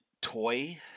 Toy